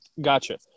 Gotcha